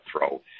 throw